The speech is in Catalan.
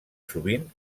sovint